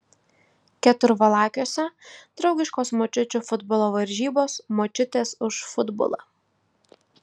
keturvalakiuose draugiškos močiučių futbolo varžybos močiutės už futbolą